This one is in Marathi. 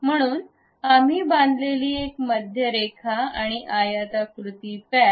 म्हणून आम्ही बांधलेली एक मध्य रेखा आणि आयताकृती पॅच